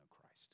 Christ